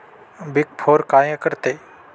Big four काय करते?